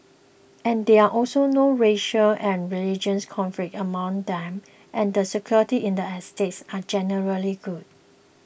and there are also no racial and religious conflicts among them and security in the estates are generally good